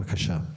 בבקשה.